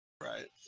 Right